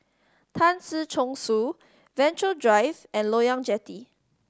Tan Si Chong Su Venture Drive and Loyang Jetty